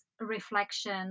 reflection